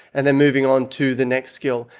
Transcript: and then moving onto the next skill.